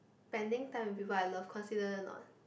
spending time with people I love consider or not